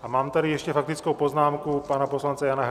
A mám tady ještě faktickou poznámku pana poslance Jana Hrnčíře.